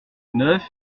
neuf